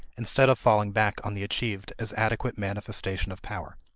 instead of falling back on the achieved as adequate manifestation of power.